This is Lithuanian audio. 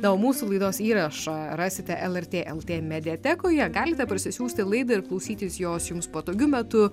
na o mūsų laidos įrašą rasite lrt lt mediatekoje galite parsisiųsti laidą ir klausytis jos jums patogiu metu